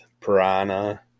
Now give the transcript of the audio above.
piranha